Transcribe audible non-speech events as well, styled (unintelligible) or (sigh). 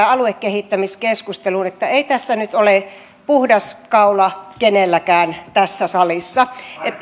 (unintelligible) aluekehittämiskeskusteluun että ei tässä nyt ole puhdas kaula kenelläkään tässä salissa